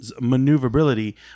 maneuverability